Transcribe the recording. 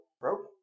broken